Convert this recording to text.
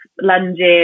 lunges